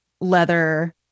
leather